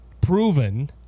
proven